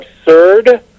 absurd